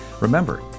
Remember